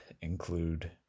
include